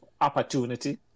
opportunity